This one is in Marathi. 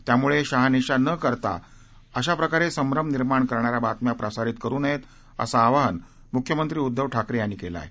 त्यामुळं शहानिशा न करता अशा प्रकारे संध्रम निर्माण करणाऱ्या बातम्या प्रसारित करु नयेत असं आवाहन मुख्यमंत्री उद्वव ठाकरे यांनी केलं आहे